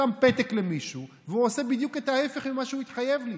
שם פתק למישהו והוא עושה בדיוק הפוך ממה שהוא התחייב לי,